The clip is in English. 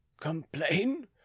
Complain